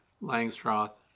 Langstroth